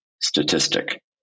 statistic